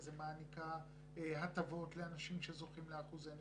כך מעניקה הטבות לאנשים שזוכים לאחוזי נכות,